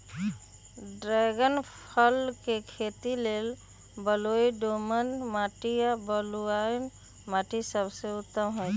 dragon फल के खेती लेल बलुई दोमट माटी आ बलुआइ माटि सबसे उत्तम होइ छइ